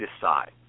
decide